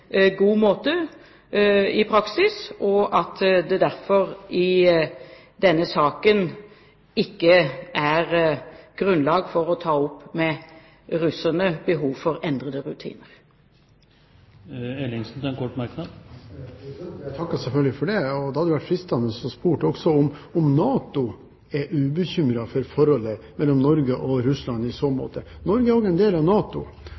måte i praksis og at det derfor i denne saken ikke er grunnlag for å ta opp med russerne behov for endrede rutiner. Jeg takker selvfølgelig for det. Det hadde vært fristende også å spørre om NATO er ubekymret for forholdet mellom Norge og Russland i så måte? Norge er jo også en del av NATO,